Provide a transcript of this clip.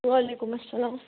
وعلیکُم السلام